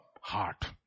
heart